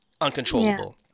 uncontrollable